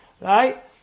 right